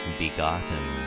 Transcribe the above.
begotten